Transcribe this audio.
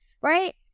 Right